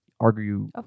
Argue